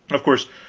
of course,